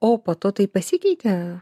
o po to tai pasikeitė